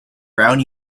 brown